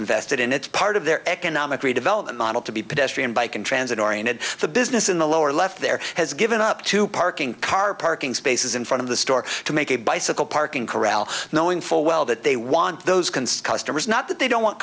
invested in it's part of their economic redevelopment model to be pedestrian bike and transit oriented the business in the lower left there has given up to parking car parking spaces in front of the store to make a bicycle parking corral knowing full well that they want those concerns not that they don't want